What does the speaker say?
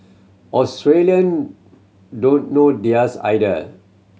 Australian don't know theirs either